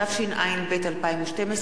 התשע"ב 2012,